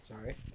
Sorry